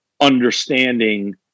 understanding